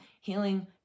Healing